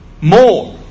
more